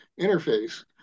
interface